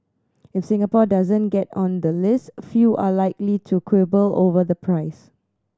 if Singapore doesn't get on the list few are likely to quibble over the price